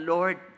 Lord